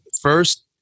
first